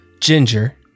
ginger